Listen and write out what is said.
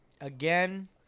Again